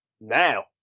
now